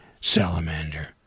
salamander